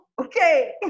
Okay